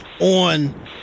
on